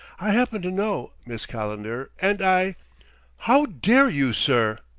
i happen to know, miss calendar, and i how dare you, sir?